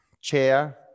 Chair